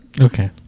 Okay